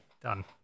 Done